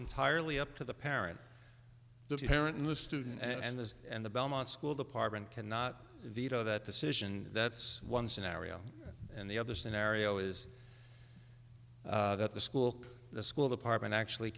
entirely up to the parent the parent and the student and the and the belmont school department cannot veto that decision that's one scenario and the other scenario is that the school the school apartment actually